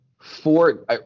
four